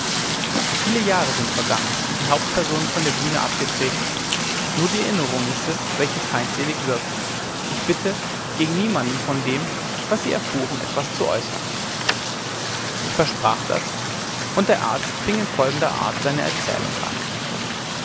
viele jahre sind vergangen und die hauptpersonen von der bühne abgetreten nur die erinnerung ist es welche feindselig wirkt ich bitte gegen niemanden von dem was sie erfuhren etwas zu äußern ich versprach das und der arzt fing in folgender art seine erzählung an